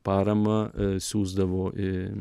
paramą siųsdavo į